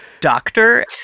doctor